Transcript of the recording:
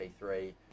T3